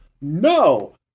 No